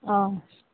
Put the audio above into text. অঁ